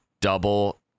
double